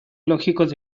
lógicos